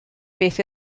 beth